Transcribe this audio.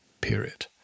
Period